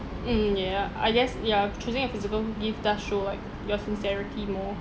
mm yeah I guess ya choosing a physical gift does show like your sincerity more